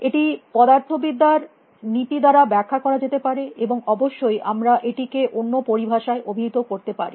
এটি পদার্থবিদ্যা র নীতি দ্বারা ব্যাখ্যা করা যেতে পারে এবং অবশ্যই আমরা এটি কে অন্য পরিভাষায় অভিহিত করতে পারি